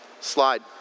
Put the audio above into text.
Slide